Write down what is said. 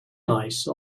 nice